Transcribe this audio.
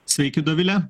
sveika dovile